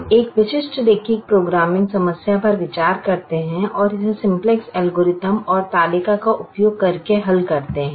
हम एक विशिष्ट रैखिक प्रोग्रामिंग समस्या पर विचार करते हैं इसे सिम्प्लेक्स एल्गोरिथम और तालिका का उपयोग करके हल करते हैं